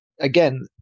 Again